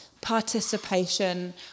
participation